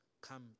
Come